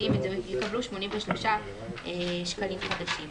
יקבלו 83.3 שקלים חדשים.